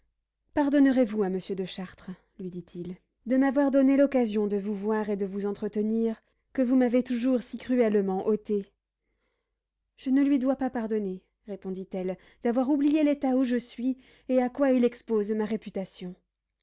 pardonnerez-vous à monsieur de chartres madame lui dit-il de m'avoir donné l'occasion de vous voir et de vous entretenir que vous m'avez toujours si cruellement ôtée je ne lui dois pas pardonner répondit-elle d'avoir oublié l'état où je suis et à quoi il expose ma réputation